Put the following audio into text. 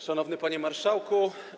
Szanowny Panie Marszałku!